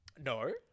No